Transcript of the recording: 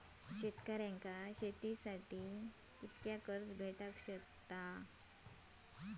शेतकऱ्यांका शेतीसाठी कितक्या पर्यंत कर्ज भेटताला?